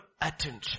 attention